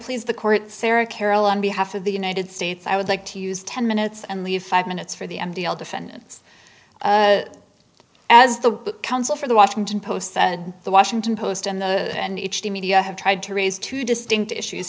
please the court sarah carol on behalf of the united states i would like to use ten minutes and leave five minutes for the m t l defendants as the counsel for the washington post said the washington post and the and each the media have tried to raise two distinct issues